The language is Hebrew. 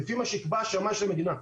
לפי קביעה של שמאי של המדינה.